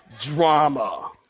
Drama